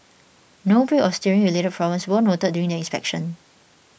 no brake or steering related problems were noted during the inspection